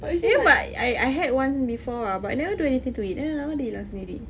ya but I I had one before ah but I never do anything to it then lama-lama dia hilang sendiri